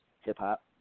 hip-hop